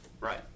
Right